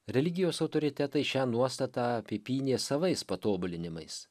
religijos autoritetai šią nuostatą apipynė savais patobulinimais